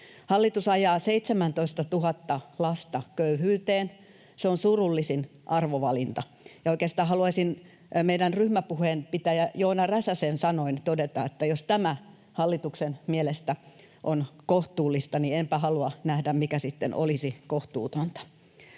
Hallitus ajaa 17 000 lasta köyhyyteen. Se on surullisin arvovalinta. Ja oikeastaan haluaisin meidän ryhmäpuheenpitäjän Joona Räsäsen sanoin todeta, että jos tämä hallituksen mielestä on kohtuullista, niin enpä halua nähdä, mikä sitten olisi kohtuutonta.